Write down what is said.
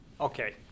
Okay